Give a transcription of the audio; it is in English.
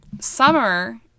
Summer